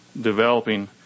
developing